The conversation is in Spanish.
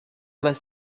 los